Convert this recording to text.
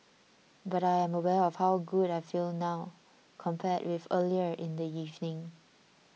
but I am aware of how good I feel now compared with earlier in the evening